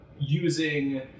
using